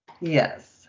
Yes